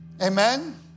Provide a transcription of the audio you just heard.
Amen